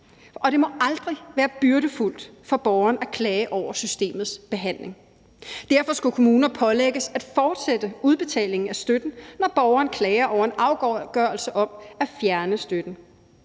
og det må aldrig være byrdefuldt for borgeren at klage over systemets behandling. Derfor skulle kommuner pålægges at fortsætte udbetalingen af støtten, når borgeren klager over en afgørelse om at fjerne støtten.